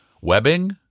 Webbing